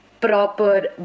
proper